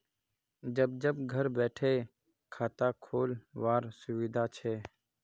जब जब घर बैठे खाता खोल वार सुविधा छे